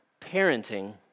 parenting